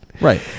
Right